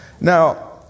Now